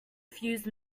fuse